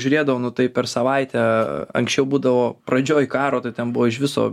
žiūrėdavau nu tai per savaitę anksčiau būdavo pradžioj karo tai ten buvo iš viso